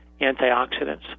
antioxidants